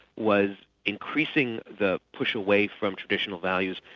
was increasing the push away from traditional values,